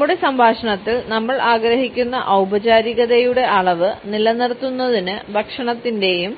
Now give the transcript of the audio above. നമ്മുടെ സംഭാഷണത്തിൽ നമ്മൾ ആഗ്രഹിക്കുന്ന ഔപചാരികതയുടെ അളവ് നിലനിർത്തുന്നതിന് ഭക്ഷണത്തിന്റെയും